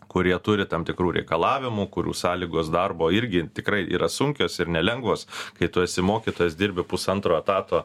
kurie turi tam tikrų reikalavimų kurių sąlygos darbo irgi tikrai yra sunkios ir nelengvos kai tu esi mokytojas dirbi pusantro etato